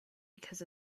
because